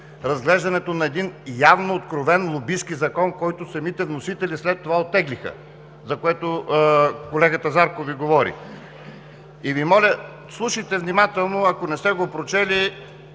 разглеждането на един явно откровен лобистки закон, който самите вносители след това оттеглиха, за което колегата Зарков Ви говори. И Ви моля, слушайте внимателно, ако не сте го прочели,